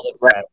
right